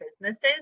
businesses